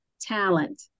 talent